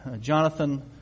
Jonathan